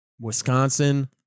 Wisconsin